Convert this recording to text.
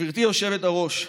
גברתי היושבת-ראש,